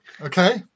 Okay